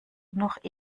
noch